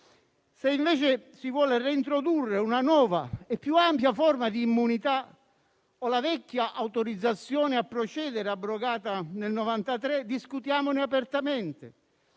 Se invece si vuole reintrodurre una nuova e più ampia forma di immunità o la vecchia autorizzazione a procedere abrogata nel 1993, discutiamone apertamente.